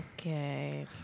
Okay